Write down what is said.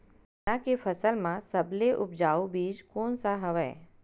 चना के फसल म सबले उपजाऊ बीज कोन स हवय?